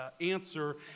answer